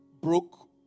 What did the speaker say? broke